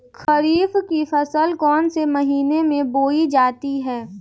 खरीफ की फसल कौन से महीने में बोई जाती है?